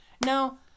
Now